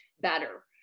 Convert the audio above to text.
better